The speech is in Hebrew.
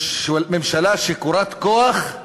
ממשלה שיכורת כוח,